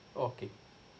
okay